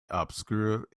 obscured